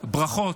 ברכות,